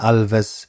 Alves